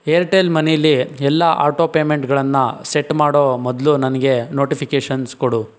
Airtel ಮನೀಲಿ ಎಲ್ಲ auto ಪೇಮೆಂಟ್ಗಳನ್ನ ಸೆಟ್ ಮಾಡೋ ಮೊದಲು ನನಗೆ ನೋಟಿಫಿಕೇಷನ್ಸ್ ಕೊಡು